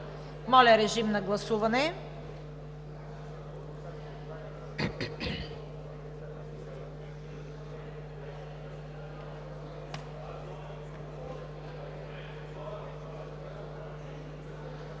моля, режим на гласуване.